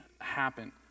happen